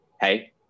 hey